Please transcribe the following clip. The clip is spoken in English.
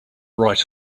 right